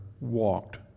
walked